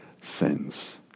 sins